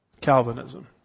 Calvinism